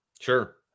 Sure